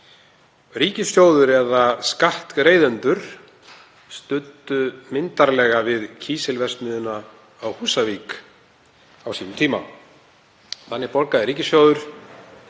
Ríkissjóður eða skattgreiðendur studdu myndarlega við kísilverksmiðjuna á Húsavík á sínum tíma. Þannig borgaði ríkissjóður